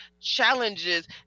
challenges